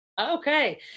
Okay